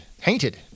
painted